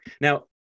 Now